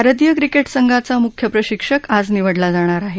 भारतीय क्रिकेट संघाचा मुख्य प्रशिक्षक आज निवडला जाणार आहे